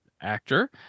actor